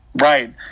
Right